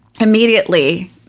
Immediately